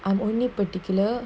I am only particular